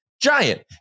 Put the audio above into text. giant